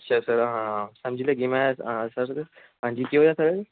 अच्छा आं समझ लग्गी सर आं जी केह् होया सर